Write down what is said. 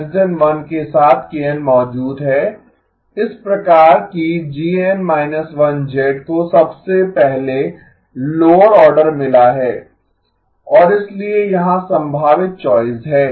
1 के साथ kN मौजूद है इस प्रकार कि GN−1 को सबसे पहले लोअर आर्डर मिला है और इसलिए यहाँ संभावित चॉइस है